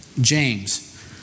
James